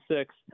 six